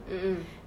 mm mm